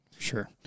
sure